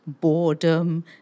Boredom